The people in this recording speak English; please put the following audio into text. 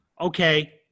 okay